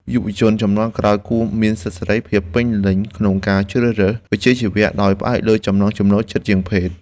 យុវជនជំនាន់ក្រោយគួរមានសិទ្ធិសេរីភាពពេញលេញក្នុងការជ្រើសរើសវិជ្ជាជីវៈដោយផ្អែកលើចំណង់ចំណូលចិត្តជាជាងភេទ។